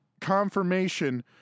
confirmation